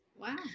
Wow